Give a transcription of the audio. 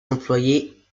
employés